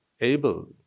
able